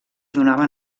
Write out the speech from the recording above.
donava